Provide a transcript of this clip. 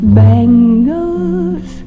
bangles